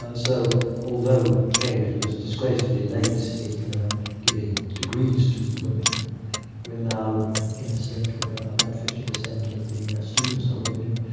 so although cambridge was disgracefully late in giving degrees to women we are now in a state where about fifty percent of the students are women.